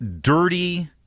dirty